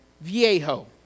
Viejo